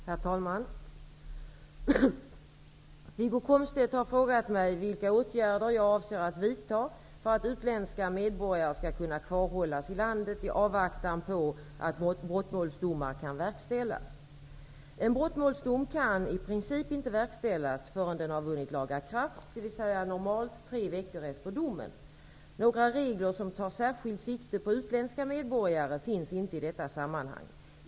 Herr talman! Wiggo Komstedt har frågat mig vilka åtgärder jag avser att vidta för att utländska medborgare skall kunna kvarhållas i landet i avvaktan på att brottmålsdomar kan verkställas. En brottmålsdom kan i princip inte verkställas förrän den har vunnit laga kraft, dvs. normalt tre veckor efter domen. Några regler som tar särskilt sikte på utländska medborgare finns inte i detta sammanhang.